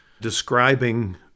describing